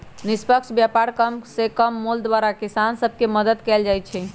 निष्पक्ष व्यापार कम से कम मोल द्वारा किसान सभ के मदद कयल जाइ छै